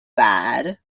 bad